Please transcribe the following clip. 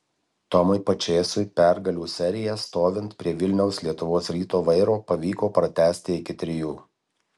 tomui pačėsui pergalių seriją stovint prie vilniaus lietuvos ryto vairo pavyko pratęsti iki trijų